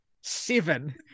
seven